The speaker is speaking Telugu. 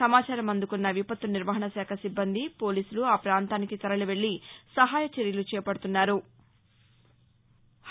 సమాచారం అందుకున్న విపత్తు నిర్వహణ శాఖ సిబ్బంది పోలీసులు ఆ ప్రాంతానికి తరలివెళ్ళి సహాయ చర్యలు చేపడుతున్నారు